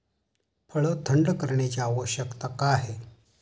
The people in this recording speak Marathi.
फळ थंड करण्याची आवश्यकता का आहे?